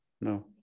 no